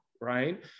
Right